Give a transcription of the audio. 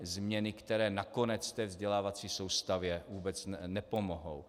Změny, které nakonec té vzdělávací soustavě vůbec nepomohou.